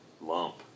Lump